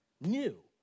new